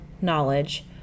knowledge